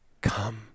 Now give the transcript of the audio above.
Come